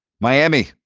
Miami